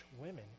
women